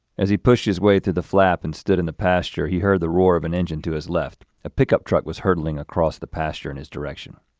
as he pushed his way through the flap and stood in the pasture, he heard the roar of an engine to his left, the ah pick up truck was hurtling across the pasture in his direction.